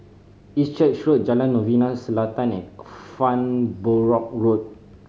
East Church Road Jalan Novena Selatan and Farnborough Road